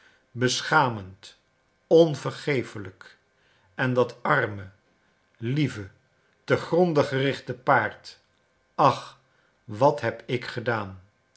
beschamend onvergefelijk en dat arme lieve te gronde gerichte paard ach wat heb ik gedaan